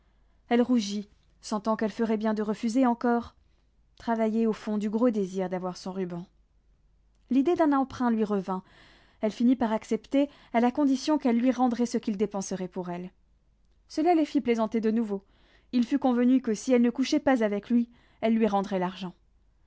elle rougit sentant qu'elle ferait bien de refuser encore travaillée au fond du gros désir d'avoir son ruban l'idée d'un emprunt lui revint elle finit par accepter à la condition qu'elle lui rendrait ce qu'il dépenserait pour elle cela les fit plaisanter de nouveau il fut convenu que si elle ne couchait pas avec lui elle lui rendrait l'argent